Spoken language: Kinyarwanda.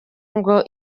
ngo